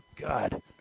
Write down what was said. God